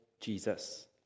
Jesus